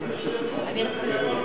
היוצאת,